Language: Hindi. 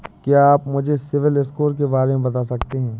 क्या आप मुझे सिबिल स्कोर के बारे में बता सकते हैं?